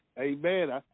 Amen